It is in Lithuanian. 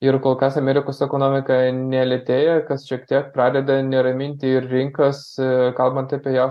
ir kol kas amerikos ekonomika nelėtėja kas šiek tiek pradeda neraminti ir rinkas kalbant apie jav